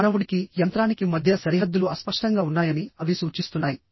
మానవుడికి యంత్రానికి మధ్య సరిహద్దులు అస్పష్టంగా ఉన్నాయని అవి సూచిస్తున్నాయి